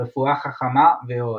רפואה חכמה ועוד.